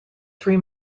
three